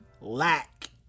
Lack